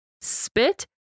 spit